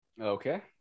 Okay